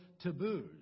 taboos